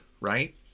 right